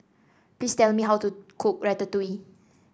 please tell me how to cook Ratatouille